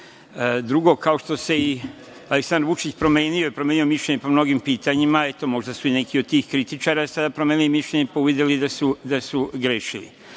sada. Drugo, kao što se i Aleksandar Vučić promenio i promenio mišljenje po mnogim pitanjima, eto, možda su i neki od tih kritičara sada promenili mišljenje pa uvideli da su grešili.